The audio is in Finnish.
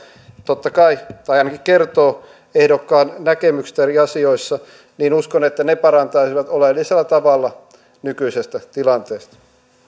totta kai tai ainakin kertoo ehdokkaan näkemyksistä eri asioissa parantaisivat oleellisella tavalla nykyisestä tilanteesta